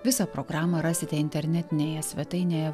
visą programą rasite internetinėje svetainėje